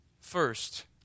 first